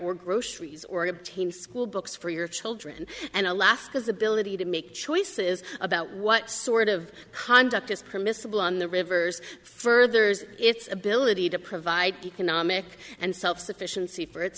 or groceries or obtain schoolbooks for your children and alaska's ability to make choices about what sort of conduct is permissible on the rivers furthers its ability to provide economic and self sufficien